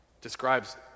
Describes